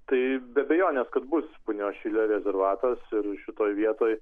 tai be abejonės kad bus punios šile rezervatas ir šitoj vietoj